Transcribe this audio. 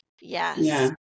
yes